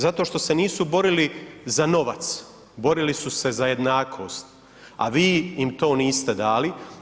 Zato što se nisu borili za novac, borili su se za jednakost, a vi im to niste dali.